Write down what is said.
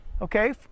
Okay